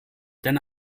denn